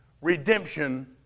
redemption